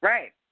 Right